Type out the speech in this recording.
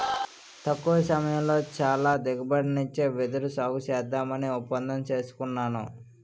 తక్కువ సమయంలో చాలా దిగుబడినిచ్చే వెదురు సాగుసేద్దామని ఒప్పందం సేసుకున్నాను